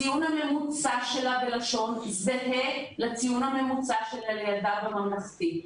הציון הממוצע שלה בלשון זהה לציון הממוצע של ילדה בממלכתי.